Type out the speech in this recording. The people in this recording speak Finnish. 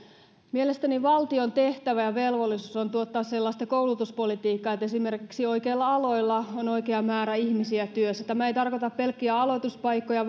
mielestäni valtion tehtävä ja velvollisuus on tuottaa sellaista koulutuspolitiikka että esimerkiksi oikeilla aloilla on oikea määrä ihmisiä työssä tämä ei tarkoita pelkkiä aloituspaikkoja